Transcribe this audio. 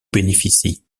bénéficie